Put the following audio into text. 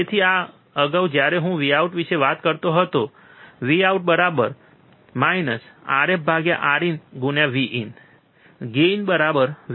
તેથી અગાઉ જ્યારે હું Vout વિશે વાત કરતો હતો Vout-RfRinVin GainVoutVin